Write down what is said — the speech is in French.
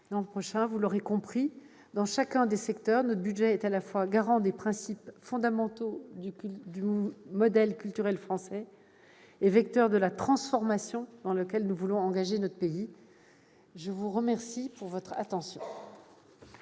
Vous l'aurez compris, dans chacun des secteurs, notre budget est à la fois garant des principes fondamentaux du modèle culturel français et vecteur de la transformation dans laquelle nous voulons engager notre pays. Nous allons procéder